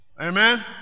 Amen